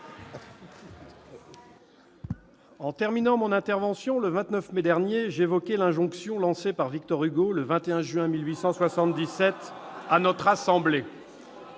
En terminant mon intervention le 29 mai dernier, j'évoquais l'injonction lancée par Victor Hugo le 21 juin 1877 à notre assemblée